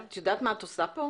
את יודעת מה את עושה פה?